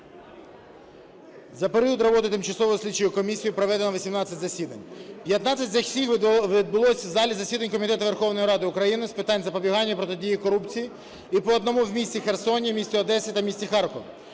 За період роботи Тимчасової слідчої комісії проведено 18 засідань. 15 засідань відбулося в залі засідань Комітету Верховної Ради України з питань запобігання і протидії корупції і по одному – в місті Херсоні, в місті Одесі та місті Харкові.